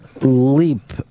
leap